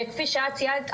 וכפי שאת ציינת,